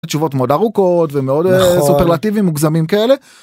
תשובות מאוד ארוכות ומאוד סופרלטיבים מוגזמים כאלה.